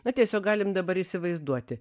na tiesiog galim dabar įsivaizduoti